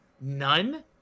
none